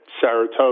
Saratoga